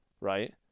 right